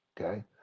Okay